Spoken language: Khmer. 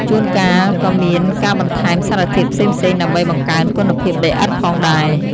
ជួនកាលក៏មានការបន្ថែមសារធាតុផ្សេងៗដើម្បីបង្កើនគុណភាពដីឥដ្ឋផងដែរ។